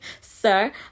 sir